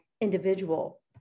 individual